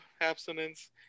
abstinence